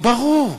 ברור.